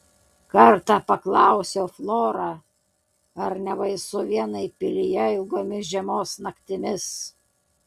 kartą paklausiau florą ar nebaisu vienai pilyje ilgomis žiemos naktimis